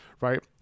right